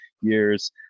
years